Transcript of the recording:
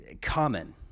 common